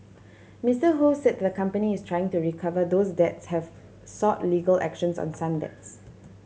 Mister Ho said the company is trying to recover those debts have sought legal actions on some debts